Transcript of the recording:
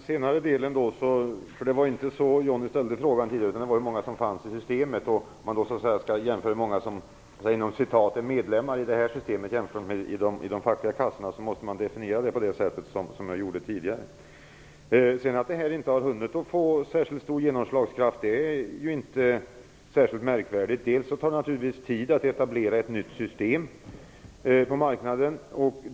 Herr talman! Det var inte så Johnny Ahlqvist ställde frågan tidigare. Då frågade han hur många som fanns i systemet. Om man skall jämföra hur många som är "medlemmar" i det här systemet med hur många som är medlemmar i de fackliga kassorna måste man definiera det på det sätt som jag gjorde tidigare. Att det här inte har hunnit få särskilt stor genomslagskraft är inte särskilt märkvärdigt. Dels tar det naturligtvis tid att etablera ett nytt system på marknaden.